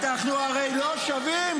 אנחנו הרי שווים.